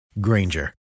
Granger